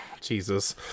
jesus